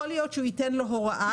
יכול להיות שהוא ייתן לו הוראה,